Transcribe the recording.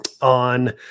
on